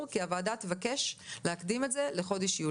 כי הוועדה תבקש להקדים את זה לחודש יולי.